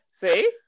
See